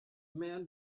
men